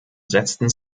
setzten